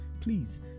please